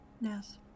Yes